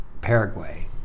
Paraguay